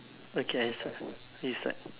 okay I start you start